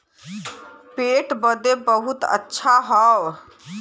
पेट बदे बहुते अच्छा हौ